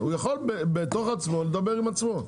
הוא יכול בתוך עצמו לדבר עם עצמו.